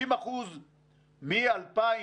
מ-2,000,